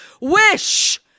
Wish